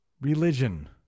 religion